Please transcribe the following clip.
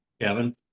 Kevin